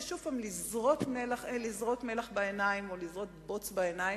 זה שוב פעם לזרות מלח בעיניים או לזרות בוץ בעיניים.